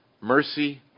Mercy